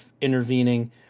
intervening